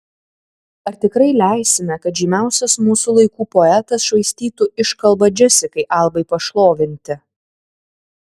ar tikrai leisime kad žymiausias mūsų laikų poetas švaistytų iškalbą džesikai albai pašlovinti